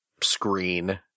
screen